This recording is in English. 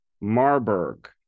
Marburg